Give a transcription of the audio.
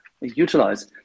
utilize